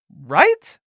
Right